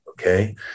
okay